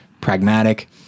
pragmatic